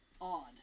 odd